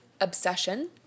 obsession